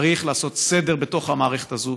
צריך לעשות סדר בתוך המערכת הזאת.